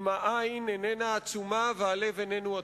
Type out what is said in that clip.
אם העין איננה עצומה והלב איננו אטום".